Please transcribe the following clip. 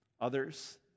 Others